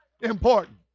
important